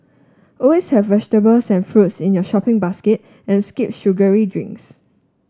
always have vegetables and fruits in your shopping basket and skip sugary drinks